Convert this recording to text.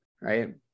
Right